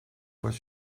fois